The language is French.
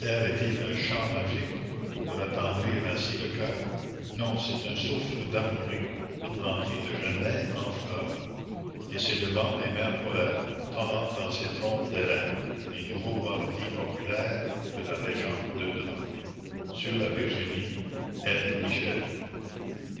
est-il un chant magique pour attendrir ainsi le cœur non c'est un souffle d'armorique tout rempli de genêts en fleur et c'est le vent des mers polaires tonnant dans ses trompes d'airain les nouveaux bardits populaires de la légende de demain sur la virginie